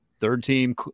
Third-team